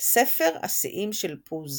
ספר השיאים של פוז